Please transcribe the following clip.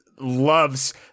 loves